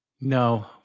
No